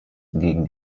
gegen